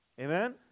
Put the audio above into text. Amen